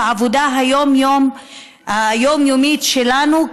בעבודה היומיומית שלנו,